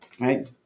right